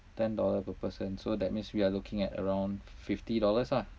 ten dollar per person so that means we are looking at around fifty dollars lah